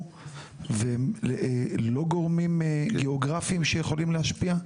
והם לא גורמים גיאוגרפיים שיכולים להשפיע?